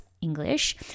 English